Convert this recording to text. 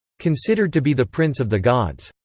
considered to be the prince of the gods.